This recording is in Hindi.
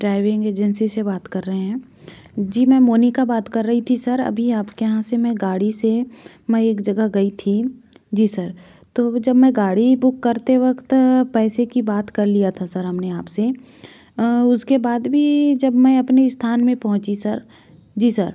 ड्राइविंग एजेंसी से बात कर रहें हैं जी मैं मोनिका बात कर रही थी सर अभी आपके यहाँ से मैं गाड़ी से मैं एक जगह गई थी जी सर तो जब मैं गाड़ी बुक करते वक्त पैसे की बात कर लिया था सर हमने आपसे उसके बाद भी जब मैं अपनी स्थान में पहुँची सर जी सर